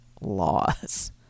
laws